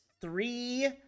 three